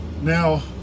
now